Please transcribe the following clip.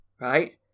right